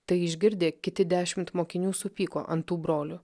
tai išgirdę kiti dešimt mokinių supyko ant tų brolių